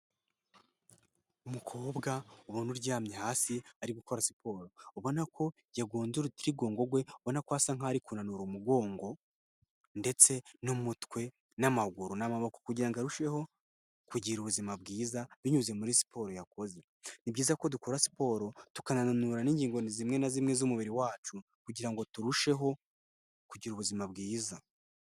Umukobwa ubona uryamye hasi ari gukora siporo, ubona ko yagonze urutirigongo rwe ubona ko asa nk'aho ari kunanura umugongo ndetse n'umutwe n'amaguru n'amaboko kugira ngo ngo arusheho kugira ubuzima bwiza binyuze muri siporo yakoze, ni byiza ko dukora siporo tukanananura n'ingingo zimwe na zimwe z'umubiri wacu kugirango turusheho kugira ubuzima bwiza.